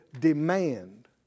demand